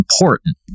important